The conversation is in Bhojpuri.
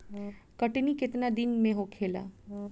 कटनी केतना दिन में होखेला?